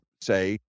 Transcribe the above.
say